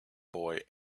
boy